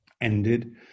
ended